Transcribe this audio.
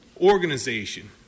organization